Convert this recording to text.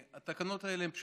התקנות האלה הן פשוטות,